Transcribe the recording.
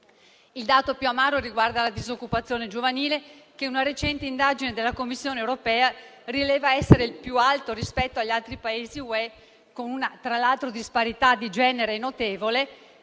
Il dato più amaro riguarda la disoccupazione giovanile, che una recente indagine della Commissione europea rileva essere il più alto rispetto agli altri Paesi dell'Unione europea, tra l'altro con una disparità di genere notevole.